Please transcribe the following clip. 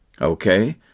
Okay